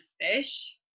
Fish